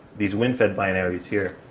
these wind fed binaries here,